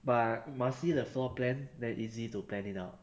but by must see the floor plan then easy to plan it out